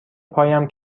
پایم